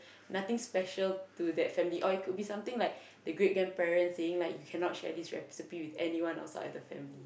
nothing special to that family or it could be sometime like the great grandparents saying like you cannot share this recipe with anyone outside of the family